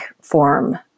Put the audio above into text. form